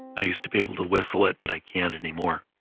i used to be able to whistle it, but i can't anymore,